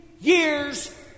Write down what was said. years